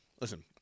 listen